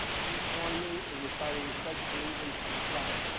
please, join me in reciting the pledge of allegiance to the flag.